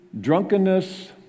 drunkenness